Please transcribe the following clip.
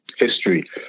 History